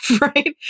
right